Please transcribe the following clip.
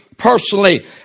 personally